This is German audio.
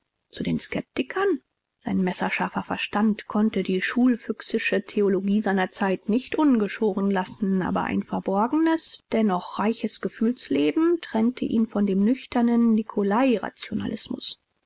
zu den skeptikern sein messerscharfer verstand konnte die schulfuchsische theologie seiner zeit nicht ungeschoren lassen aber ein verborgenes dennoch reiches gefühlsleben trennte ihn von dem nüchternen